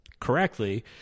correctly